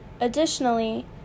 Additionally